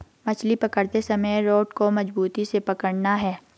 मछली पकड़ते समय रॉड को मजबूती से पकड़ना है